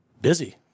busy